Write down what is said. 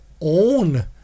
own